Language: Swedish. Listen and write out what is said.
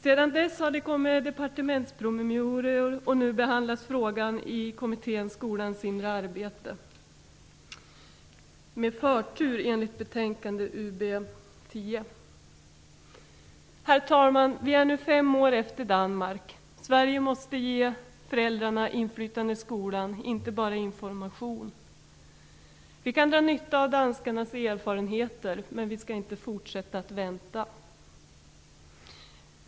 Sedan dess har det kommit departementspromemorior, och nu behandlas frågan i Kommittén om skolans inre arbete, med förtur, enligt betänkandet Herr talman! Vi är nu fem år efter Danmark. Sverige måste ge föräldrarna inflytande i skolan, inte bara information. Vi kan dra nytta av danskarnas erfarenheter, men vi skall inte fortsätta att vänta.